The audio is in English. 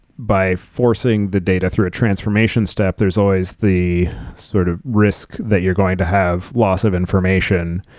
by forcing the data through a transformation step, there's always the sort of risk that you're going to have loss of information.